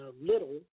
little